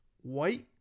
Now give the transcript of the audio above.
white